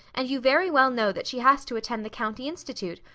and you very well know that she has to attend the county institute,